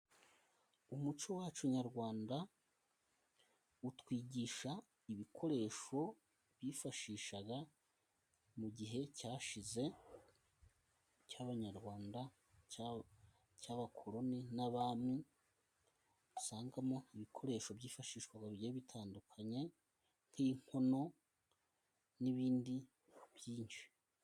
Umuco wacu nyarwanda utwigisha ibikoresho bifashishaga mu gihe cyashize cy'abanyarwanda, cy'abakoloni, n'abami. Usangamo ibikoresho byifashishwa bigiye bitandukanye nk'inkono n'ibindi byinshi.